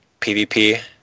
PvP